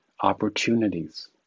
opportunities